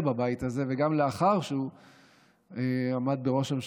בבית הזה וגם לאחר שהוא עמד בראשות הממשלה,